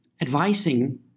advising